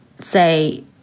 say